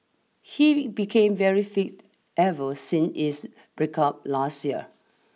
he became very fit ever since his breakup last year